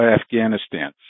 Afghanistan